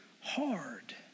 hard